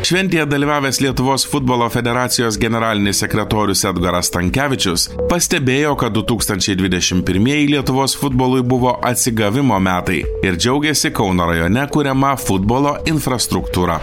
šventėje dalyvavęs lietuvos futbolo federacijos generalinis sekretorius edgaras stankevičius pastebėjo kad du tūkstančiai dvidešim pirmieji lietuvos futbolui buvo atsigavimo metai ir džiaugėsi kauno rajone kuriama futbolo infrastruktūra